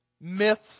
Myths